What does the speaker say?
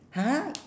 !huh!